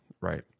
right